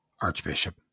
Archbishop